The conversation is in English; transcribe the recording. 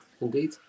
indeed